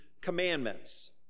commandments